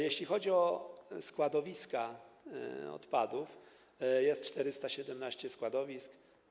Jeśli chodzi o składowiska odpadów, jest 417 składowisk.